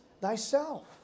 thyself